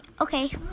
Okay